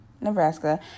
Nebraska